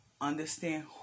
understand